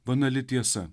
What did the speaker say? banali tiesa